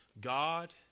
God